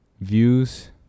Views